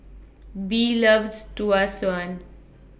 Bee loves Tau Suan